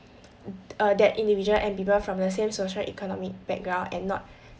uh that individual and people from the same social economic background and not